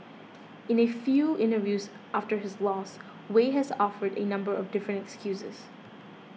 in a few interviews after his loss Wei has offered a number of different excuses